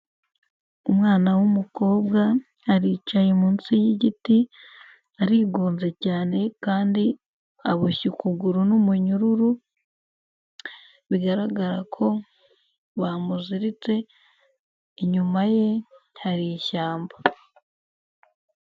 Umwana w'umukobwa aricaye munsi y'igiti arigunze cyane kandi aboshye ukuguru n'umuyururu, bigaragara ko bamuziritse inyuma ye hari ishyamba.